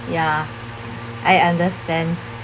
ya I understand